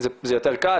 זה יותר קל.